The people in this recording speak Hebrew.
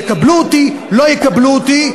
יקבלו אותי או לא יקבלו אותי.